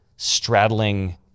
straddling